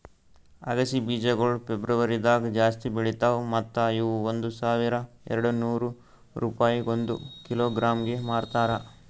ಅಗಸಿ ಬೀಜಗೊಳ್ ಫೆಬ್ರುವರಿದಾಗ್ ಜಾಸ್ತಿ ಬೆಳಿತಾವ್ ಮತ್ತ ಇವು ಒಂದ್ ಸಾವಿರ ಎರಡನೂರು ರೂಪಾಯಿಗ್ ಒಂದ್ ಕಿಲೋಗ್ರಾಂಗೆ ಮಾರ್ತಾರ